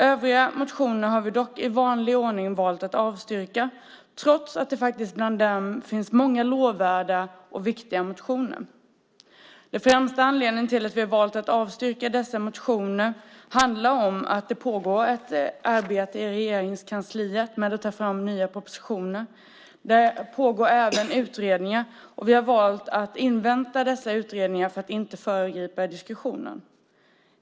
Övriga motioner har vi dock i vanlig ordning valt att avstyrka, trots att det faktiskt bland dem finns många lovvärda och viktiga motioner. Den främsta anledningen till att vi har valt att avstyrka dessa motioner är att det pågår ett arbete i Regeringskansliet med att ta fram nya propositioner. Där pågår även utredningar, och vi har valt att invänta dessa utredningar för att inte föregripa diskussionen.